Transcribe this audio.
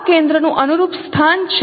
આ કેન્દ્રનું અનુરૂપ સ્થાન છે